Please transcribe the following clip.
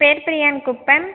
Perperiyan Kuppam